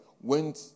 went